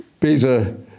Peter